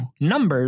numbers